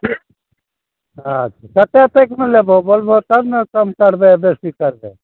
ठीक कटकटकमे लेबहो बोलबहो तब ने कम करतै बेसी करतै